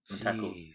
tackles